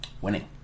winning